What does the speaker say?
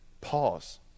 pause